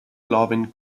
loving